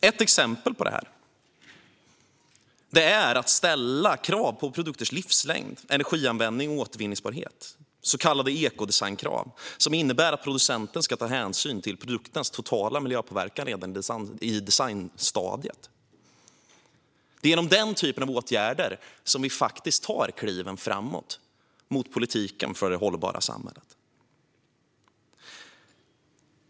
Ett exempel på detta handlar om att ställa krav på produkters livslängd, energianvändning och återvinningsbarhet. Det är så kallade ekodesignkrav, som innebär att producenten ska ta hänsyn till produkternas totala miljöpåverkan redan i designstadiet. Det är genom den typen av åtgärder som vi faktiskt tar kliv framåt i politiken för det hållbara samhället.